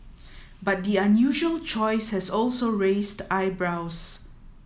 but the unusual choice has also raised eyebrows